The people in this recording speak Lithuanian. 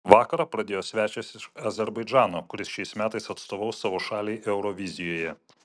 vakarą pradėjo svečias iš azerbaidžano kuris šiais metais atstovaus savo šaliai eurovizijoje